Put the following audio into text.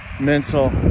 mental